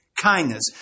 kindness